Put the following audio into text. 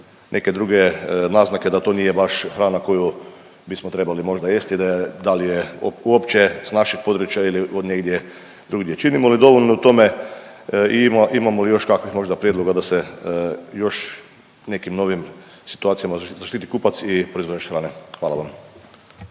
neke druge naznake da to nije baš hrana koju bismo trebali možda jesti, da li je uopće s našeg područja ili od negdje drugdje. Činimo li dovoljno u tome i imamo li još kakvih možda prijedloga da se još u nekim novim situacijama zaštiti kupac i proizvođač hrane? Hvala vam.